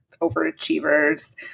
overachievers